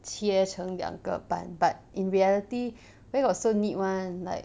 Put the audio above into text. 切成两个 but but in reality where got so neat [one] like